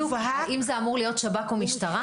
האם זה אמור להיות שב"כ או משטרה?